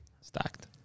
Stacked